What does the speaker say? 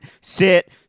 sit